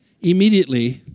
Immediately